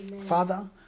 Father